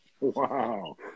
Wow